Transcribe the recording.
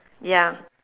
ya